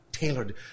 tailored